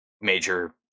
major